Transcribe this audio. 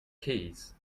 keys